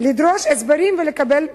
לדרוש הסברים ולקבל תשובות.